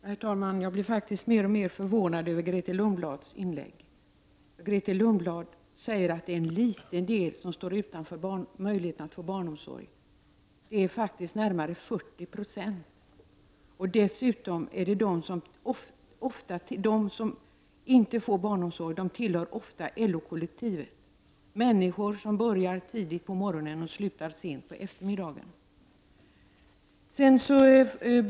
Herr talman! Jag blir faktiskt mer och mer förvånad över Grethe Lundblads inlägg. Hon säger att det är en liten del av föräldrarna som står utanför möjligheterna att få barnomsorg för sina barn. Men det är faktiskt närmare 40 96 — dessutom tillhör de ofta LO-kollektivet, det är människor som börjar sina arbeten tidigt på morgonen och slutar sent på eftermiddagen.